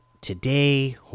today